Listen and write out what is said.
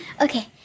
okay